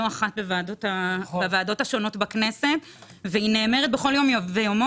אחת בוועדות השונות בכנסת והיא נאמרת בכל יום ויום,